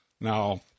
Now